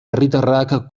herritarrak